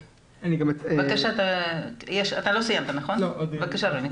בבקשה, רוני.